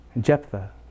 Jephthah